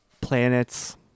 planets